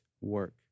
work